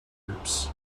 groups